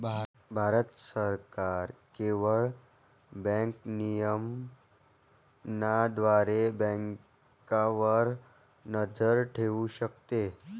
भारत सरकार केवळ बँक नियमनाद्वारे बँकांवर नजर ठेवू शकते